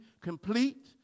complete